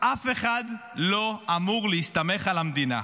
אף אחד לא אמור להסתמך על המדינה,